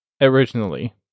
originally